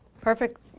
Perfect